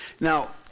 now